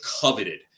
coveted